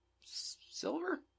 silver